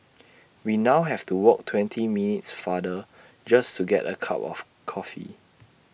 we now have to walk twenty minutes farther just to get A cup of coffee